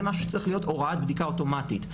זה מה שצריך להיות הוראת בדיקה אוטומטית.